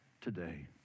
today